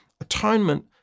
Atonement